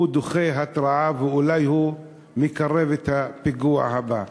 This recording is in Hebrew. הוא דוחה הרתעה ואולי הוא מקרב את הפיגוע הבא.